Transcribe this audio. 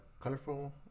colorful